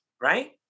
right